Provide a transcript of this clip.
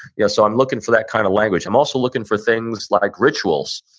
yeah so, i'm looking for that kind of language i'm also looking for things like rituals.